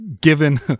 given